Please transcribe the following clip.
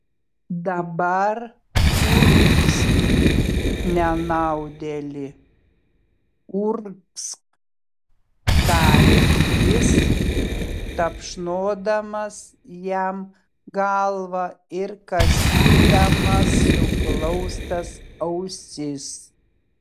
dabar urgzk nenaudėli urgzk tarė jis tapšnodamas jam galvą ir kasydamas suglaustas ausis